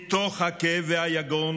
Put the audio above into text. מתוך הכאב והיגון,